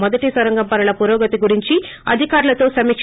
మొదటి నొరంగం పనుల పురోగతి గురించి అధికారులతో సమీక